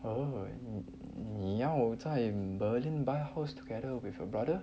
oh 你要在 berlin by house together with your brother